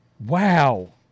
Wow